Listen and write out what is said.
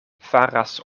faras